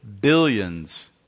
billions